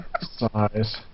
size